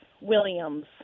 Williams